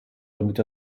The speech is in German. damit